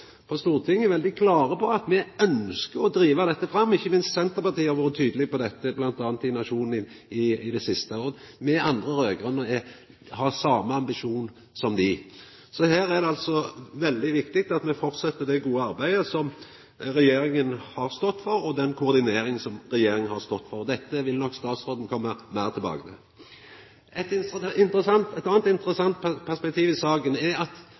på Stortinget veldig klare på at me ønskjer å driva dette fram, ikkje minst Senterpartiet har vore tydeleg på dette – bl.a. i Nationen – i det siste. Me andre raud-grøne har den same ambisjonen som dei. Så her er det altså veldig viktig at me fortset med det gode arbeidet som regjeringa har stått for, og den koordineringa som regjeringa har stått for. Dette vil nok statsråden koma meir tilbake til. Eit anna interessant perspektiv i saka er at